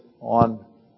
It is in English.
on